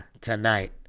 tonight